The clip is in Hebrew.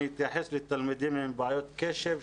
אני אתייחס לתלמידים עם בעיות קשב,